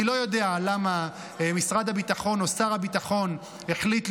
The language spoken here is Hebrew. אני לא יודע למה משרד הביטחון או שר הביטחון החליטו